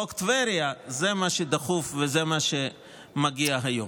חוק טבריה, זה מה שדחוף, זה מה שמגיע היום.